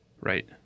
Right